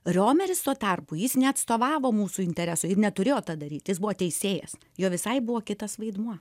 riomeris tuo tarpu jis neatstovavo mūsų interesų ir neturėjo tą daryti jis buvo teisėjas jo visai buvo kitas vaidmuo